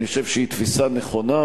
אני חושב שהיא תפיסה נכונה,